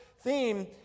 theme